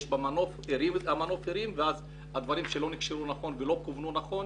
הוא מרים את המנוף ואז הדברים שלא נקשרו נכון ולא כוונו נכון